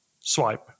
swipe